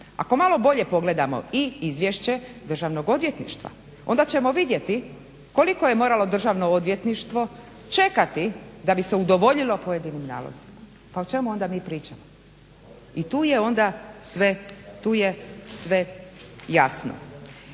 Ako malo bolje pogledamo i izvješće Državnog odvjetništva onda ćemo vidjeti koliko je moralo Državno odvjetništvo čekati da bi se udovoljilo pojedinim nalozima. Pa o čemu onda mi pričamo? I tu je onda sve tu